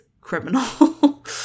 criminal